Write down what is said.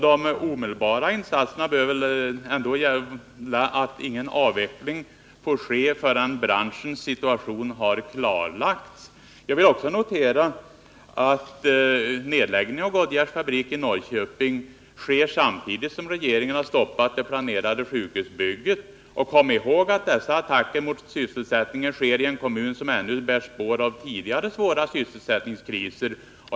De omedelbara insatserna bör väl ändå gälla att ingen avveckling får ske förrän branschens situation har klarlagts. Jag vill också notera att nedläggningen av Goodyears fabrik i Norrköping äger rum samtidigt som regeringen har stoppat det planerade sjukhusbygget där. Kom ihåg att dessa attacker mot sysselsättningen görs i en kommun som ännu bär spår av tidigare svåra sysselsättningskriser!